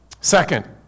Second